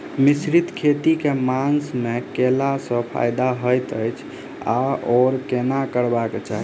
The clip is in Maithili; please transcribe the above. मिश्रित खेती केँ मास मे कैला सँ फायदा हएत अछि आओर केना करबाक चाहि?